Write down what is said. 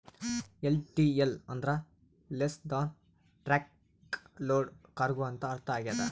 LTL ಅಂದ್ರ less than truck load cargo ಅಂತ ಅರ್ಥ ಆಗ್ಯದ